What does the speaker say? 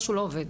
משהו לא עובד.